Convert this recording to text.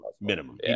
Minimum